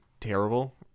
terrible